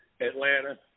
Atlanta